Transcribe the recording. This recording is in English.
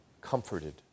comforted